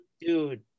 Dude